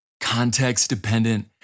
Context-dependent